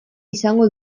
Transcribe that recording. izango